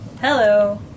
Hello